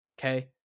Okay